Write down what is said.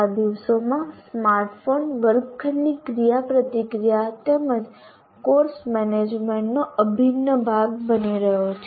આ દિવસોમાં સ્માર્ટફોન વર્ગખંડની ક્રિયાપ્રતિક્રિયા તેમજ કોર્સ મેનેજમેન્ટનો અભિન્ન ભાગ બની રહ્યો છે